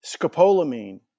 scopolamine